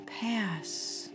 pass